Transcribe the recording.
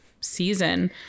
season